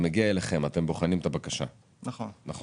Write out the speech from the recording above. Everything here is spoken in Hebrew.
הרי כשזה מגיע אליכם אתם בוחנים את הבקשה, נכון?